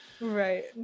right